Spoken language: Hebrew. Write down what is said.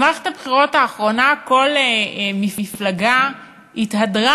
במערכת הבחירות האחרונה כל מפלגה התהדרה